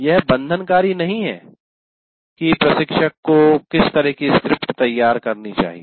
यह बंधनकारी नहीं है कि प्रशिक्षक को किस तरह की स्क्रिप्ट तैयार करनी चाहिए